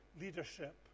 leadership